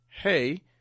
hey